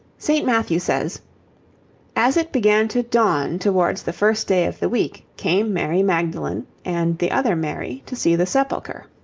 st. matthew says as it began to dawn towards the first day of the week, came mary magdalene, and the other mary, to see the sepulchre